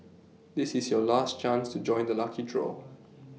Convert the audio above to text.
this is your last chance to join the lucky draw